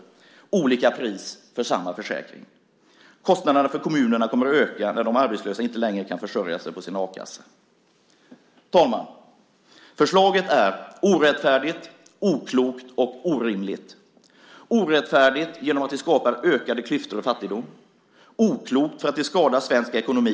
Det blir olika pris för samma försäkring. Kostnaderna för kommunerna kommer att öka när de arbetslösa inte längre kan försörja sig på sin a-kassa. Herr talman! Förslaget är orättfärdigt, oklokt och orimligt. Det är orättfärdigt genom att det skapar ökade klyftor och fattigdom. Det är oklokt för att det skadar svensk ekonomi.